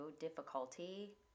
difficulty